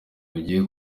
mugiye